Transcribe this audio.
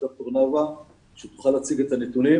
דוקטור נאווה כהן אביגדור תוכל להציג את הנתונים